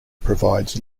provides